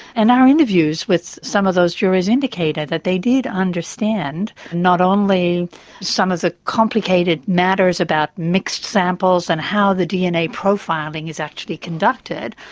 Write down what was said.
and our interviews with some of those jurors indicated that they did understand not only some of the complicated matters about mixed samples and how the dna profiling is actually conducted,